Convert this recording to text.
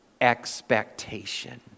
expectation